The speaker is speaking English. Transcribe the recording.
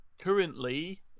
currently